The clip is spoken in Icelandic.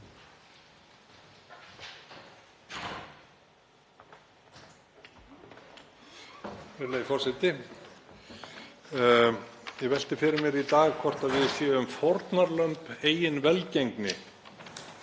Ég velti fyrir mér í dag hvort við séum fórnarlömb eigin velgengni.